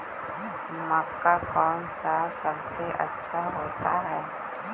मक्का कौन सा सबसे अच्छा होता है?